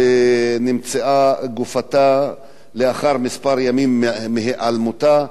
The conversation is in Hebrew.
שנמצאה גופתה ימים מספר לאחר היעלמותה,